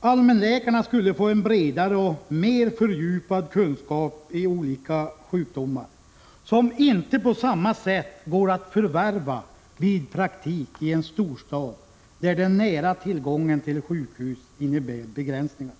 Allmänläkarna skulle få en bredare och mer fördjupad kunskap i olika sjukdomar, som inte på samma sätt går att förvärva vid praktik i en storstad, där den nära tillgången till sjukhus innebär begränsningar.